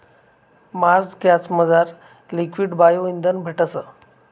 Marsh गॅसमझार liquid bio इंधन भेटस